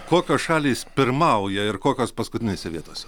kokios šalys pirmauja ir kokios paskutinėse vietose